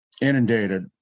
inundated